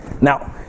Now